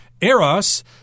Eros